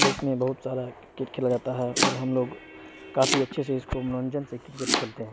دیس میں بہت سارا کرکٹ کھیلا جاتا ہے اور ہم لوگ کافی اچھے سے اس کو منورنجن سے کرکٹ کھیلتے ہیں